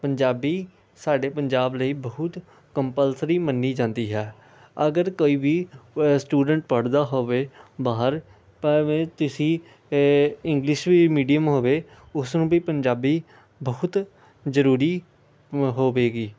ਪੰਜਾਬੀ ਸਾਡੇ ਪੰਜਾਬ ਲਈ ਬਹੁਤ ਕੰਪਲਸਰੀ ਮੰਨੀ ਜਾਂਦੀ ਹੈ ਅਗਰ ਕੋਈ ਵੀ ਸਟੂਡੈਂਟ ਪੜ੍ਹਦਾ ਹੋਵੇ ਬਾਹਰ ਭਾਵੇਂ ਤੁਸੀਂ ਇੰਗਲਿਸ਼ ਵੀ ਮੀਡੀਅਮ ਹੋਵੇ ਉਸ ਨੂੰ ਵੀ ਪੰਜਾਬੀ ਬਹੁਤ ਜ਼ਰੂਰੀ ਹੋਵੇਗੀ